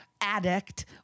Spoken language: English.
addict